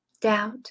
doubt